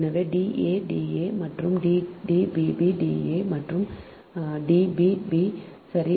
எனவே D a d a மற்றும் D b b D a a மற்றும் d b b சரி